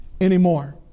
anymore